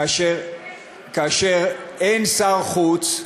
כאשר אין שר חוץ,